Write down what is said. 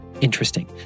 interesting